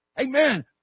Amen